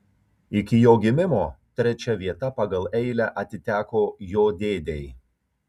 iki jo gimimo trečia vieta pagal eilę atiteko jo dėdei